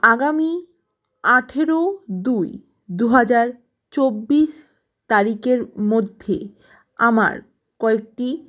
আগামী আঠেরো দুই দু হাজার চব্বিশ তারিখের মধ্যে আমার কয়েকটি